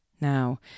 now